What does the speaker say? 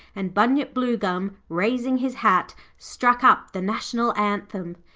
and bunyip bluegum, raising his hat, struck up the national anthem,